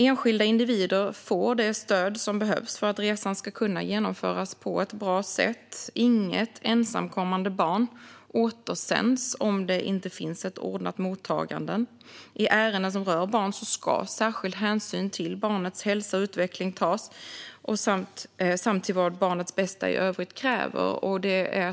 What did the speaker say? Enskilda individer får det stöd som behövs för att resan ska kunna genomföras på ett bra sätt. Inget ensamkommande barn återsänds om det inte finns ett ordnat mottagande. I ärenden som rör barn ska särskild hänsyn till barnets hälsa och utveckling tas och till vad barnets bästa i övrigt kräver.